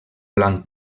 blanc